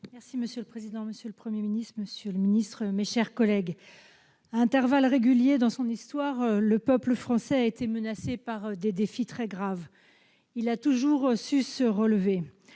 Monsieur le président, monsieur le Premier ministre, messieurs les ministres, mes chers collègues, à intervalles réguliers dans son histoire, le peuple français a été menacé par des défis très graves. Il a toujours su se relever.